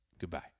goodbye